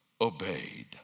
obeyed